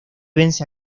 vence